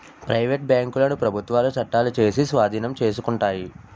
private బ్యాంకులను ప్రభుత్వాలు చట్టాలు చేసి స్వాధీనం చేసుకుంటాయి